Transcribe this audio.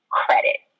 credit